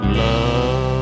love